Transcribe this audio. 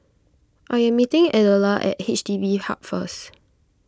I am meeting Adela at H D B Hub first